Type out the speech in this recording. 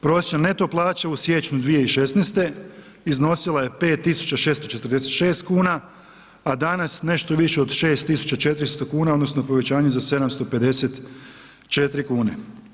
Prosječna neto plaća u siječnju 2016. iznosila je 5.646 kuna, a danas nešto više od 6.400 odnosno povećanje za 754 kune.